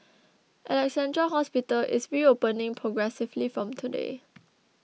Alexandra Hospital is reopening progressively from today